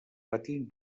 patint